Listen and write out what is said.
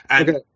Okay